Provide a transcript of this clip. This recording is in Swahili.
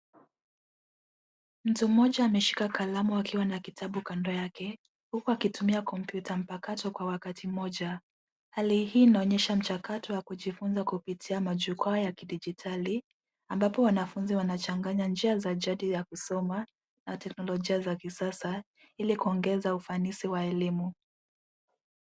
Mtu mmoja ashika kalamu akiwa na kitabu kando yake, huku akitumia kompyuta mpakato kwa wakati mmoja. Hali hii inaonyesha mchakato ya kujifunza kupitia majukwaa ya kidijitali ambapo wanafunzi wanachanganya njia za jadi ya kusoma na teknolojia za kisasa ili kuongeza ufanisi wa elimu.